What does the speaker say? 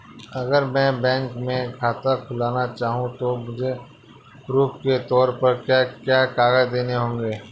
अगर मैं बैंक में खाता खुलाना चाहूं तो मुझे प्रूफ़ के तौर पर क्या क्या कागज़ देने होंगे?